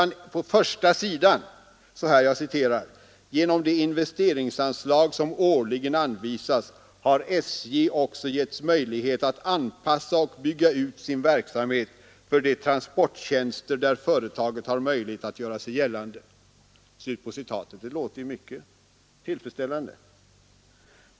I i huvudtiteln följande: ”Genom de investeringsanslag som årligen anvisas har SJ också getts möjlighet att anpassa och vidga ut sin verksamhet för de transporttjänster där företaget bör ha möjlighet att göra sig gällande.” Det låter ju mycket tillfredsställande.